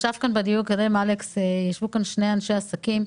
בדיון הקודם ישבו כאן שני אנשי עסקים,